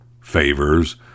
favors